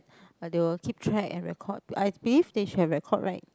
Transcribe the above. but they will keep track and record I believe they should have record right